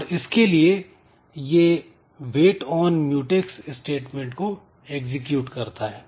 और इसके लिए यह वेट ऑन म्यूटेक्स स्टेटमेंट को एग्जीक्यूट करता है